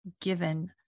given